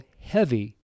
heavy